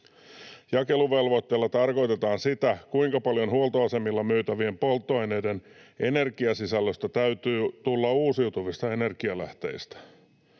Jakeluvelvoitteella tarkoitetaan sitä, kuinka paljon huoltoasemilla myytävien polttoaineiden energiasisällöstä täytyy tulla uusiutuvista energialähteistä.